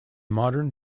modern